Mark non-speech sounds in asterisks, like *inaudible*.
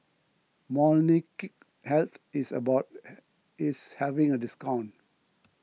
Molnylcke health is about *noise* is having a discount